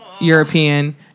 European